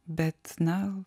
bet na